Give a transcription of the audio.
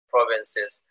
Provinces